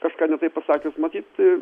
kažką ne taip pasakius matyt